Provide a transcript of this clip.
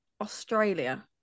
australia